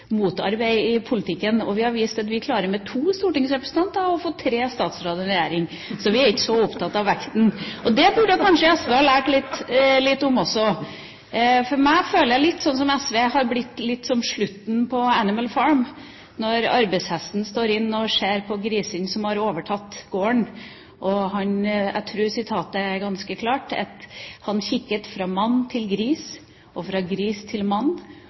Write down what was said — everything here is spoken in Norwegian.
motarbeide i politikken, og vi har vist at vi med to stortingsrepresentanter klarte å få tre statsråder i en regjering. Så vi er ikke så opptatt av vekten. Det burde kanskje SV ha lært litt om også. For jeg føler at SV har blitt litt som slutten på «Animal Farm», når arbeidshesten står inne og ser på grisene som har overtatt gården. Og jeg tror sitatet er ganske klart: Han kikket fra mann til gris, og fra gris til mann,